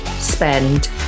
spend